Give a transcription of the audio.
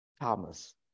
Thomas